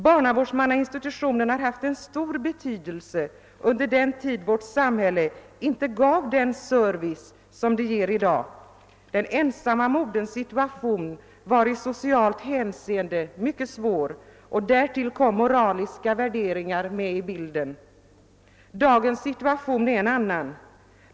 Barnavårdsmannainstitutet har haft en stor betydelse under den tid vårt samhälle inte gav den service som det ger i dag. Den ensamma moderns situation var i socialt hänseende mycket svår, och därtill kom moraliska värde ringar med i bilden. Dagens situation är en annan.